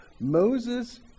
Moses